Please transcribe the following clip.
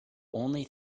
only